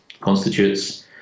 constitutes